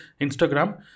Instagram